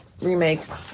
remakes